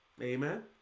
amen